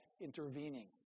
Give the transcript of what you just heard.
intervening